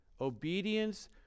Obedience